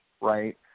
Right